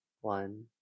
One